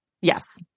Yes